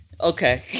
Okay